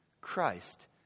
Christ